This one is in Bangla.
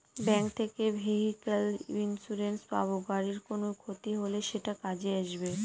ব্যাঙ্ক থেকে ভেহিক্যাল ইন্সুরেন্স পাব গাড়ির কোনো ক্ষতি হলে সেটা কাজে আসবে